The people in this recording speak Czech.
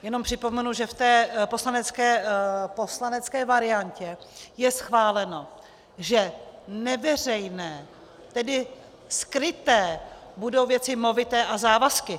Jenom připomenu, že v té poslanecké variantě je schváleno, že neveřejné, tedy skryté, budou věci movité a závazky.